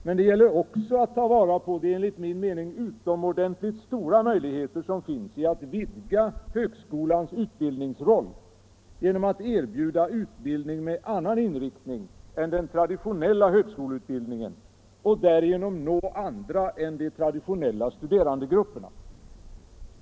Men det gäller också att ta vara på de enligt min mening utomordentligt stora möjligheter som finns att vidga högskolans utbildningsroll genom att erbjuda utbildning med annan inriktning än den traditionella högskoleutbildningen och därigenom nå andra än de traditionella studerandegrupperna.